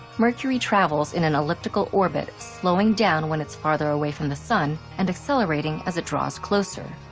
mercury travels in an elliptical orbit, slowing down when it's father away from the sun, and accelerating as it draws closer.